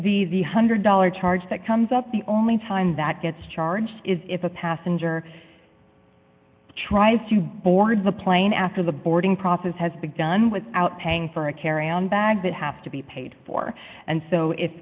the one hundred dollars charge that comes up the only time that gets charged is if a passenger tries to board the plane after the boarding process has begun without paying for a carry on bag that have to be paid for and so if